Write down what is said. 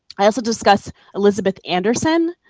i also discuss elizabeth anderson.